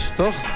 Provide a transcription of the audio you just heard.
toch